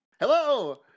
Hello